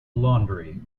laundry